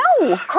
No